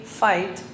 fight